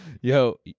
Yo